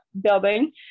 building